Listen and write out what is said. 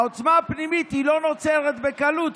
העוצמה הפנימית לא נוצרת בקלות,